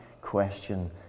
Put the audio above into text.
question